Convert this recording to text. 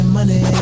Money